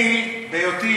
בהיותי